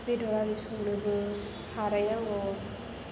बेदर आरि संनोबो साराय नांगौ